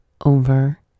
over